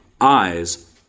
eyes